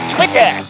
Twitter